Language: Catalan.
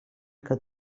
que